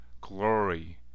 Glory